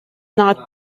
not